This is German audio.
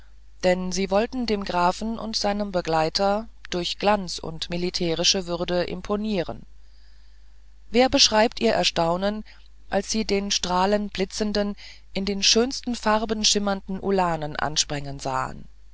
denn sie wollten dem grafen und seinem begleiter durch glanz und militärische würde imponieren wer beschreibt ihr erstaunen als sie den strahlenblitzenden in den schönsten farben schimmernden ulanen ansprengen sahen